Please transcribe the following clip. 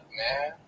man